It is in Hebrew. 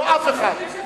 לא אף אחד.